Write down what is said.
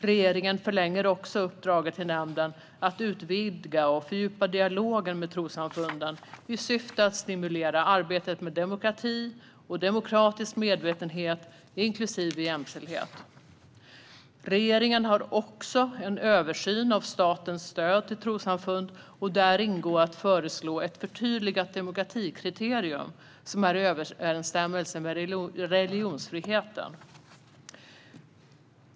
Regeringen förlänger också uppdraget till nämnden att utvidga och fördjupa dialogen med trossamfunden i syfte att stimulera arbetet med demokrati, demokratisk medvetenhet och jämställdhet. Regeringen gör dessutom en översyn av statens stöd till trossamfund, och där ingår att föreslå ett förtydligat demokratikriterium som är i överensstämmelse med religionsfriheten. Fru talman!